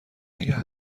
نگه